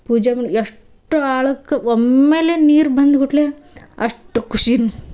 ಪೂಜೆ ಎಷ್ಟು ಆಳಕ್ಕೆ ಒಮ್ಮೆಲೆ ನೀರು ಬಂದ ಗುಟ್ಲೆ ಅಷ್ಟು ಖುಷಿ ನೊ